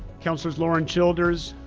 counselors loren childers,